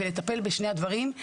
לטפל בשני הדברים.